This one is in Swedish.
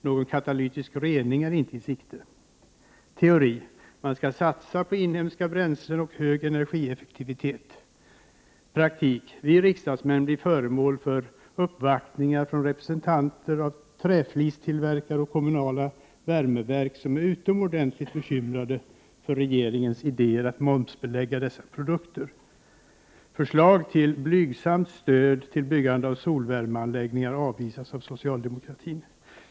Någon katalytisk rening är dock inte i sikte. Teori: Man skall satsa på inhemska bränslen och hög energieffektivitet. Praktik: Vi riksdagsmän blir föremål för uppvaktningar av representanter för träflistillverkningen och för kommunala värmeverk. Dessa är utomordentligt bekymrade över regeringens idéer att momsbelägga deras produkter. Förslag om blygsamt stöd till byggande av solvärmeanläggningar avvisas av socialdemokratin.